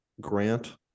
Grant